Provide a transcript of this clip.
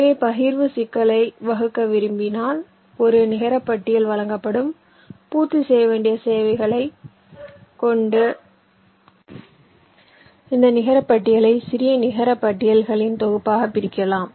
எனவே பகிர்வு சிக்கலை வகுக்க விரும்பினால் ஒரு நிகரபட்டியல் வழங்கப்படும் பூர்த்தி செய்ய வேண்டிய தேவைகளைக் கொண்டு இந்த நிகர பட்டியலை சிறிய நிகர பட்டியல்களின் தொகுப்பாகப் பிரிக்கலாம்